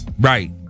Right